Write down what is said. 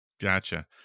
Gotcha